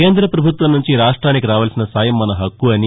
కేంద్ర పభుత్వం నుంచి రాష్ట్రానికి రావాల్సిన సాయం మన హక్కు అని